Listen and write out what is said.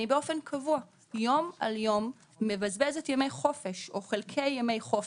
באופן קבוע יום מדי יום אני מבזבזת יום חופש או חלקי ימי חופש,